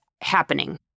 happening